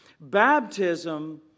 Baptism